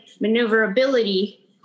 maneuverability